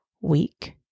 week